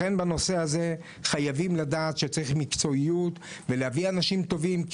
לכן בנושא הזה חייבים לדעת שצריך מקצועיות ולהביא אנשים טובים.